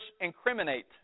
incriminate